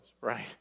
right